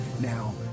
Now